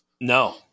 No